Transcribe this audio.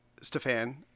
Stefan